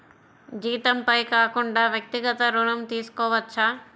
జీతంపై కాకుండా వ్యక్తిగత ఋణం తీసుకోవచ్చా?